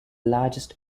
largest